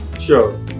Sure